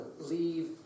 leave